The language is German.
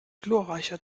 gloreicher